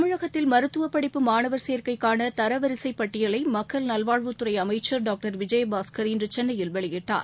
தமிழகத்தில் மருத்துவபடிப்பு மானவர் சேர்க்கைக்கானதரவரிசைபட்டியலைமக்கள் நல்வாழ்வுத்துறைஅமைச்சர் டாக்டர் விஜயபாஸ்கர் இன்றுசென்னையில் வெளியிட்டார்